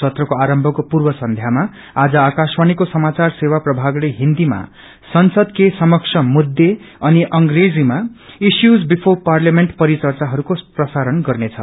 सत्रको आरम्भको पूर्व संध्यामा आज आकाशवाणी समाचार सेवा प्रभागले हिन्दीमा संसदको समक्ष मुद्दे अनि अंग्रेजीमा इश्यूज बिफोर पार्लियामेंट परिचचाहरूको प्रसारण गर्नेछ